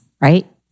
right